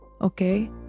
okay